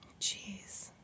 Jeez